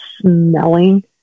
smelling